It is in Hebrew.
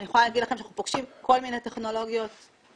אני יכולה להגיד לכם שאנחנו פוגשים כל מיני טכנולוגיות כאלה,